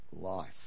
life